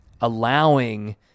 allowing